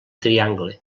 triangle